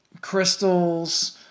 Crystals